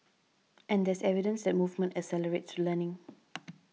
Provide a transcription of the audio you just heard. and there's evidence that movement accelerates learning